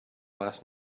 last